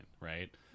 right